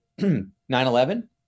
9-11